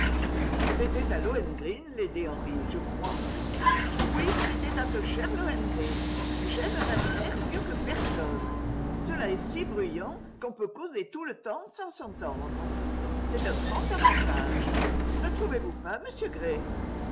c'était à lohengrin lady henry je crois oui c'était à ce cher lohengrin j'aime wagner mieux que personne cela est si bruyant qu'on peut causer tout le temps sans s'entendre c'est un grand avantage ne trouvez-vous pas monsieur gray